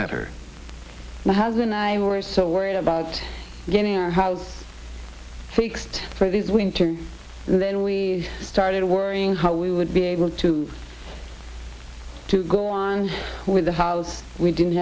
better now has and i were so worried about getting our house fixed for these winter then we started worrying how we would be able to to go on with the house we didn't